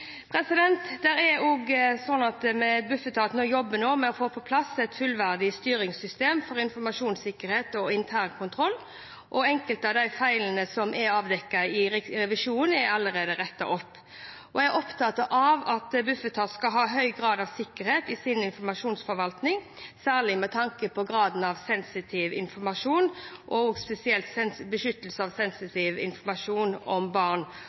er også sånn at Bufetat og vi nå jobber for å få på plass et fullverdig styringssystem for informasjonssikkerhet og internkontroll, og enkelte av de feilene som er avdekket av Riksrevisjonen, er allerede rettet opp. Jeg er opptatt av at Bufetat skal ha høy grad av sikkerhet i sin informasjonsforvaltning, særlig med tanke på graden av sensitiv informasjon og også spesielt beskyttelse av sensitiv informasjon om barn.